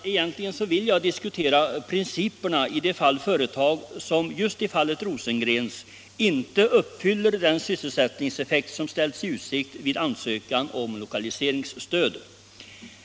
Egentligen vill jag diskutera principerna i de fall företag som i fallet Rosengrens inte uppfyller den sysselsättningseffekt som ställs 173 I utsikt vid ansökan om lokaliseringsstöd.